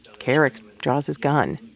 kerrick draws his gun,